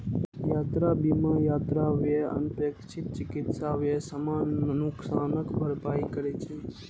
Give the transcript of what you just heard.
यात्रा बीमा यात्रा व्यय, अनपेक्षित चिकित्सा व्यय, सामान नुकसानक भरपाई करै छै